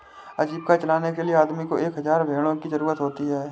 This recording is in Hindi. जीविका चलाने के लिए आदमी को एक हज़ार भेड़ों की जरूरत होती है